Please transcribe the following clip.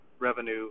revenue